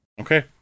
Okay